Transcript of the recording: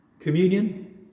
Communion